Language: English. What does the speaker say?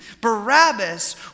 Barabbas